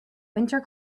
winter